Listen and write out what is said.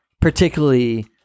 particularly